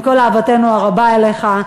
עם כל אהבתנו הרבה אליך,